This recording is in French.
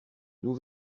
nous